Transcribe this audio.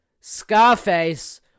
Scarface